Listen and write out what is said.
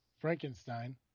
Frankenstein